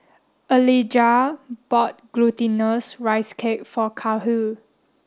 Elijah bought glutinous rice cake for Kahlil